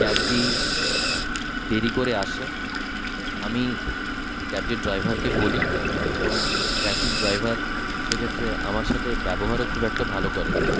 ক্যাবটি দেরি করে আসে আমি ক্যাবটির ড্রাইভারকে বলি এবং ক্যাবটির ড্রাইভার সেক্ষেত্রে আমার সাথে ব্যবহারও খুব একটা ভালো করেনি